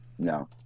No